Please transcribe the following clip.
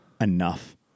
enough